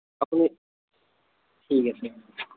আপুনি ঠিক আছে